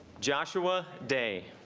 joshua de